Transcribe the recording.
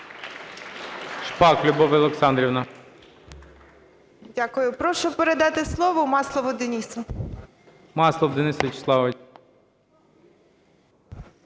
Дякую. Прошу передати слово Маслову Денису.